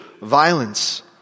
violence